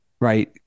right